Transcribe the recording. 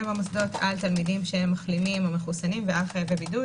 במוסדות על תלמידים שהם מחלימים או מחוסנים ועל חייבי בידוד